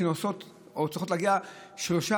שנוסעות או צריכות להגיע למרחק של 3